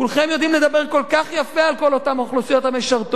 כולכם יודעים לדבר כל כך יפה על כל אותן האוכלוסיות המשרתות,